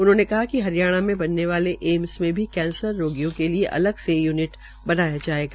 उन्होंने बताया कि हरियाणा के बनने वाले एम्स में भी कैंसर रोगियों के लिये अलग से युनिट बनाया जायेगा